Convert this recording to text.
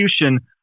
execution